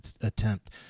attempt